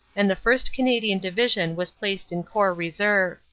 and the first. canadian division was placed in corps reserve.